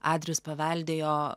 adrijus paveldėjo